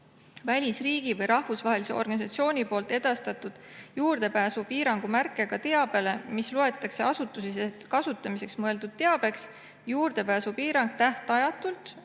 välisriigi või rahvusvahelise organisatsiooni poolt edastatud juurdepääsupiirangu märkega teabele, mis loetakse asutusesiseseks kasutamiseks mõeldud teabeks, juurdepääsupiirang tähtajatult